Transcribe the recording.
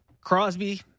Crosby